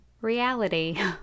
reality